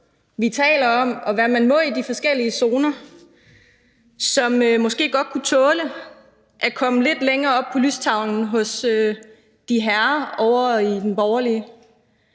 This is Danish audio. vi taler om, og hvad man må i de forskellige zoner, som måske godt kunne tåle at komme lidt længere op på lystavlen hos de herrer ovre i den borgerlige